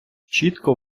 чітко